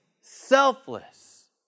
selfless